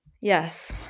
Yes